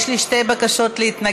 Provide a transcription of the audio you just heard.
יש לי שתי בקשות להתנגד.